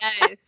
Yes